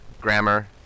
grammar